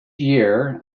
year